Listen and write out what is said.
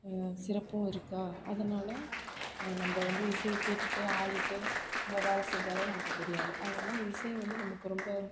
சிறப்பும் இருக்கா அதனால் நம்ம வந்து இசையை கேட்டுட்டு ஆடிட்டு நம்ம வேலை செஞ்சாலே நமக்கு தெரியாது அதனால் தான் இசை வந்து நமக்கு ரொம்ப